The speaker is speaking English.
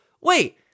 wait